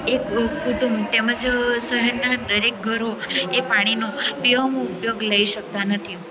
એક કુટુંબ તેમજ શહેરનાં દરેક ઘરો એ પાણીનો પીવામાં ઉપયોગ લઈ શકતા નથી